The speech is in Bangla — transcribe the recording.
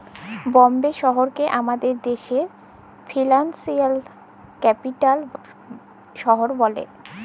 বম্বে শহরকে আমাদের দ্যাশের ফিল্যালসিয়াল ক্যাপিটাল বা শহর ব্যলে